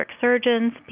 surgeons